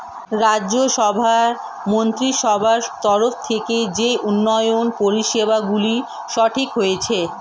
রাজ্য সভার মন্ত্রীসভার তরফ থেকে যেই উন্নয়ন পরিষেবাগুলি গঠিত হয়েছে